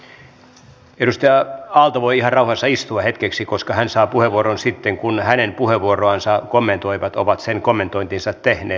edustaja aalto voi ihan rauhassa istua hetkeksi koska hän saa puheenvuoron sitten kun hänen puheenvuoroansa kommentoivat ovat sen kommentointinsa tehneet